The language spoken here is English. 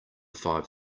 five